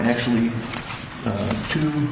actually two